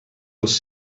els